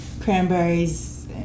Cranberries